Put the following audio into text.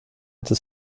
inte